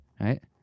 right